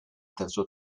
terzo